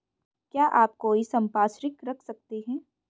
क्या आप कोई संपार्श्विक रख सकते हैं?